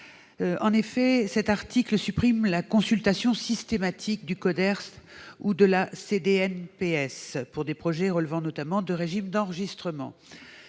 précédemment. L'article 24 supprime la consultation systématique du Coderst ou de la CDNPS pour des projets relevant notamment des régimes d'enregistrement.